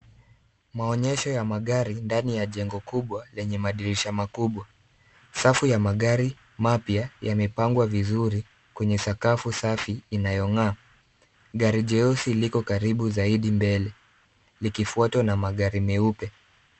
Maonyesho ya magari ndani ya jengo kubwa lenye madirisha makubwa. Safu ya magari mapya yamepangwa vizuri kwenye sakafu safi inayong'aa. Gari jeusi liko karibu zaidi mbele likifuatwa na magari meupe.